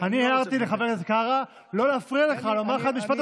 אני הערתי לחבר הכנסת קארה לא להפריע לך לומר את משפט הסיום,